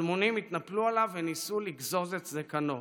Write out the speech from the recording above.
אלמונים התנפלו עליו וניסו לגזוז את זקנו,